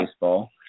baseball